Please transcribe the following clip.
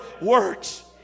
works